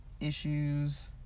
issues